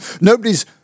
nobody's